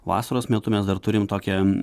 vasaros metu mes dar turim tokią